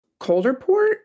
Colderport